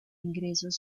ingresos